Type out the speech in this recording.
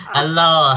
Hello